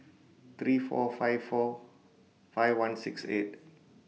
three four five four five one six eight